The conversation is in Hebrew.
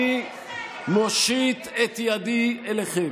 אני מושיט את ידי אליכם.